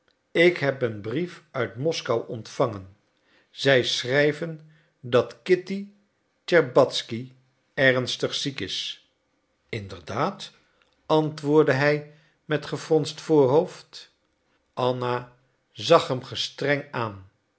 ik heb een brief uit moskou ontvangen zij schrijven dat kitty tscherbatzky ernstig ziek is inderdaad antwoordde hij met gefronst voorhoofd anna zag hem gestreng aan